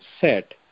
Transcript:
set